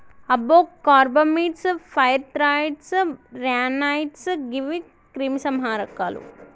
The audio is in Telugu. అబ్బో కార్బమీట్స్, ఫైర్ థ్రాయిడ్స్, ర్యానాయిడ్స్ గీవి క్రిమి సంహారకాలు